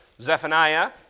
Zephaniah